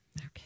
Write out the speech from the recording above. okay